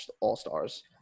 all-stars